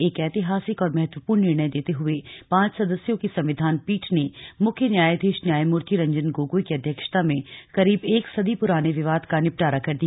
एक ऐतिहासिक और महत्वपूर्ण निर्णय देते हुए पांच सदस्यों की संविधान पीठ ने मुख्य न्यायाधीश न्यायमूर्ति रंजन गोगोई की अध्यक्षता में करीब एक सदी पुराने विवाद का निपटारा कर दिया